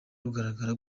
rugaragara